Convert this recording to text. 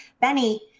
Benny